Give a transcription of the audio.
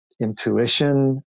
intuition